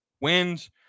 wins